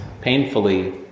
painfully